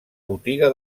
botiga